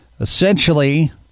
Essentially